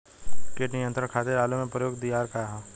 कीट नियंत्रण खातिर आलू में प्रयुक्त दियार का ह?